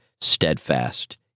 steadfast